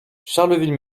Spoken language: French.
charleville